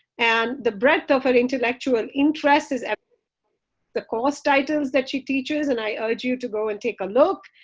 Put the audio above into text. and the breadth of her intellectual interest is the course titles that she teaches and i urge you to go and take a look.